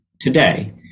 today